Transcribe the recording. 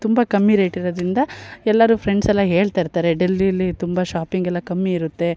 ತುಂಬ ಕಮ್ಮಿ ರೇಟ್ ಇರೋದರಿಂದ ಎಲ್ಲರು ಫ್ರೆಂಡ್ಸ್ ಎಲ್ಲ ಹೇಳ್ತಿರ್ತಾರೆ ಡೆಲ್ಲಿಲಿ ತುಂಬ ಶಾಪಿಂಗ್ ಎಲ್ಲ ಕಮ್ಮಿ ಇರುತ್ತೆ